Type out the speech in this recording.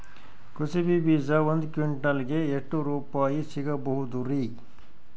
ಕುಸಬಿ ಬೀಜ ಒಂದ್ ಕ್ವಿಂಟಾಲ್ ಗೆ ಎಷ್ಟುರುಪಾಯಿ ಸಿಗಬಹುದುರೀ?